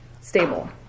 stable